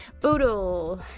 Boodle